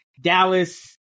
Dallas